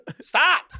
Stop